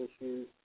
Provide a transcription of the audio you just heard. issues